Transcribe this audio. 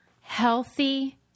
healthy